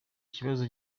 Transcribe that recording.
kibazo